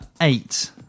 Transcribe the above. eight